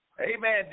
Amen